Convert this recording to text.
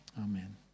Amen